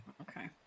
Okay